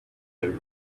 over